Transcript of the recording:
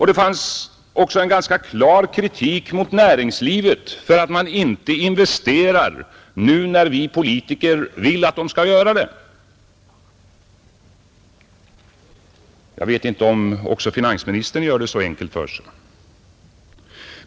Det fanns också en ganska klar kritik mot näringslivet för att företagen inte investerar nu när vi politiker vill att de skall göra det. Jag vet inte om även finansministern gör det så enkelt för sig.